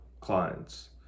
clients